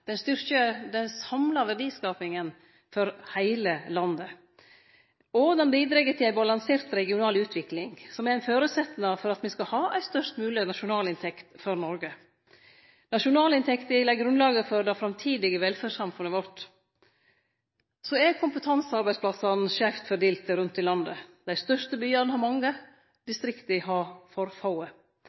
Den styrkjer den samla verdiskapinga for heile landet, og den bidreg til ei balansert regional utvikling, som er ein føresetnad for at me skal ha ei størst mogleg nasjonalinntekt for Noreg. Nasjonalinntekta legg grunnlaget for det framtidige velferdssamfunnet vårt. Så er kompetansearbeidsplassane skeivt fordelte rundt i landet. Dei største byane har mange, distrikta har for